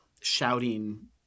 shouting